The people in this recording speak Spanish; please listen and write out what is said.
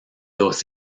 dos